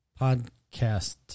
podcast